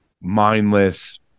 mindless